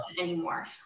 anymore